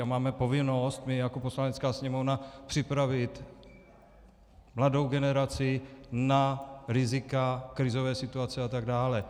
Máme povinnost my jako Poslanecká sněmovna připravit mladou generaci na rizika, krizové situace atd.